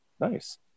Nice